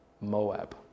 Moab